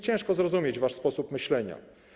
Ciężko mi zrozumieć wasz sposób myślenia.